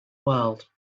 world